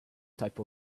type